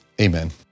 amen